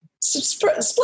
split